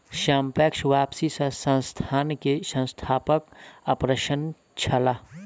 सापेक्ष वापसी सॅ संस्थान के संस्थापक अप्रसन्न छलाह